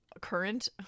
current